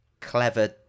clever